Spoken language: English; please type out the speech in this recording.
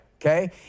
Okay